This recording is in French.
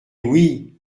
oui